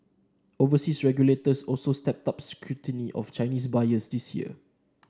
overseas regulators also stepped up scrutiny of Chinese buyers this year